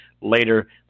later